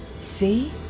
See